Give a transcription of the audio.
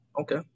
okay